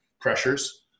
pressures